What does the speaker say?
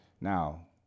Now